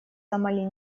сомали